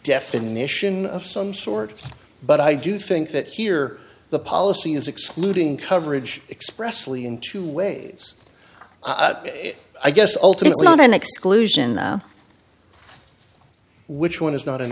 definition of some sort but i do think that here the policy is excluding coverage expressly in two ways i guess ultimately not an exclusion which one is not an